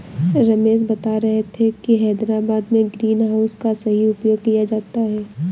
रमेश बता रहे थे कि हैदराबाद में ग्रीन हाउस का सही उपयोग किया जाता है